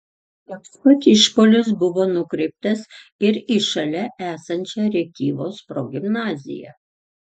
toks pat išpuolis buvo nukreiptas ir į šalia esančią rėkyvos progimnaziją